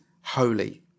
holy